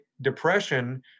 depression